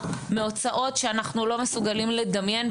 מהוצאות שאנחנו לא מסוגלים לדמיין,